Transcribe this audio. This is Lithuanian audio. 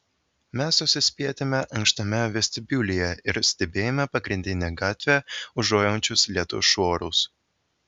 mes susispietėme ankštame vestibiulyje ir stebėjome pagrindine gatve ūžaujančius lietaus šuorus